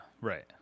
right